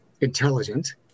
intelligent